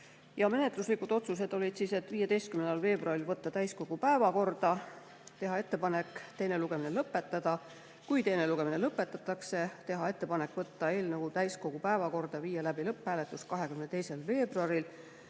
Menetluslikud otsused olid sellised, et 15. veebruaril võtta eelnõu täiskogu päevakorda ja teha ettepanek teine lugemine lõpetada. Kui teine lugemine lõpetatakse, teha ettepanek võtta eelnõu täiskogu päevakorda ja viia läbi lõpphääletus 22. veebruaril.